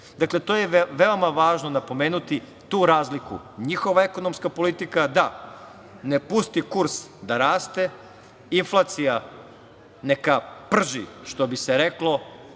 način. Dakle, to je veoma važno napomenuti, tu razliku. Njihova ekonomska politika da ne pusti kurs da raste, inflacija neka prži, što bi se reklo,